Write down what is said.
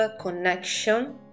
connection